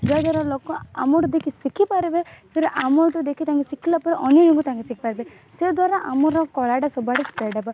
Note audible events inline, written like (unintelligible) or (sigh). ଯାହାଦ୍ୱାରା ଲୋକ ଆମଠୁ ଦେଖି ଶିଖି ପାରିବେ (unintelligible) ଆମଠୁ ଦେଖି ତାଙ୍କେ ଶିଖିଲା ପରେ ଅନ୍ୟ ଜଣଙ୍କୁ ତାଙ୍କେ ଶିଖିପାରିବେ ସେ ଦ୍ୱାରା ଆମର କଳାଟା ସବୁଆଡ଼େ ସ୍ପ୍ରେଡ୍ ହେବ